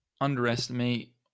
underestimate